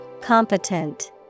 Competent